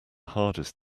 hardest